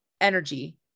energy